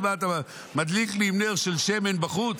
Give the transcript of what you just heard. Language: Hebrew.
ומה אתה אומר, מדליק לי עם נר של שמן בחוץ